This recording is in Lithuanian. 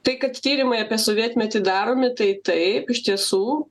tai kad tyrimai apie sovietmetį daromi tai taip iš tiesų